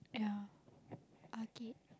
yeah okay